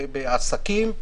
בעסקים,